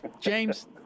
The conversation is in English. James